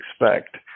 expect